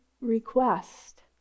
request